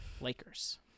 Lakers